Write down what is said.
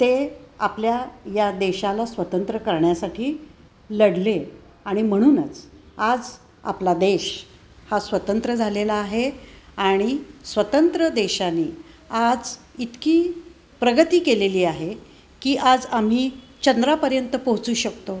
ते आपल्या या देशाला स्वतंत्र करण्यासाठी लढले आणि म्हणूनच आज आपला देश हा स्वतंत्र झालेला आहे आणि स्वतंत्र देशाने आज इतकी प्रगती केलेली आहे की आज आम्ही चंद्रापर्यंत पोहोचू शकतो